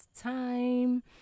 time